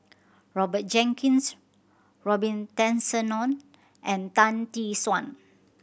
Roger Jenkins Robin Tessensohn and Tan Tee Suan